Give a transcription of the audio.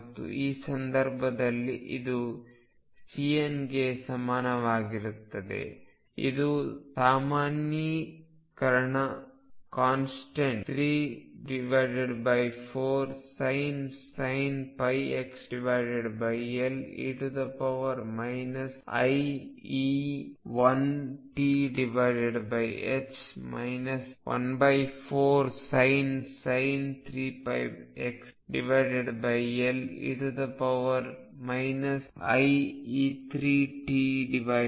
ಮತ್ತು ಈ ಸಂದರ್ಭದಲ್ಲಿ ಇದು Cn ಗೆ ಸಮನಾಗಿರುತ್ತದೆ ಇದು ಸಾಮಾನ್ಯೀಕರಣ constant 34sin πxL e iE1t 14sin 3πxL e iE3t